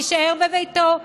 יישאר בביתו,